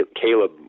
Caleb